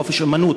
חופש אמנות,